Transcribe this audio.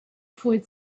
fawi